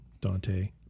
Dante